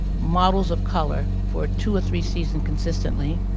models of color for two or three season consistently,